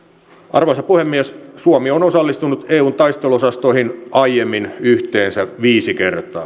arvoisa puhemies suomi on osallistunut eun taisteluosastoihin aiemmin yhteensä viisi kertaa